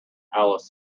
alice